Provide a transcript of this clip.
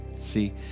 See